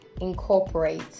incorporate